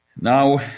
Now